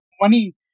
money